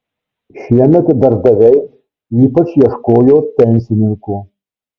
šiemet darbdaviai ypač ieškojo pensininkų